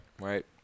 Right